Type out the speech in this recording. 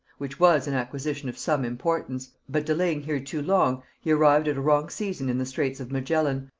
which was an acquisition of some importance but delaying here too long, he arrived at a wrong season in the straits of magellan,